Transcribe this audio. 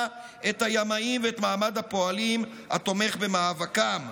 את הימאים ואת מעמד הפועלים התומך במאבקם,